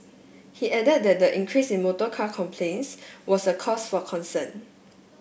he added that the increase in motorcar complaints was a cause for concern